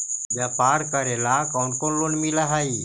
व्यापार करेला कौन कौन लोन मिल हइ?